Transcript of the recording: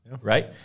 Right